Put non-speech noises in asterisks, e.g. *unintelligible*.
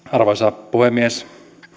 *unintelligible* arvoisa puhemies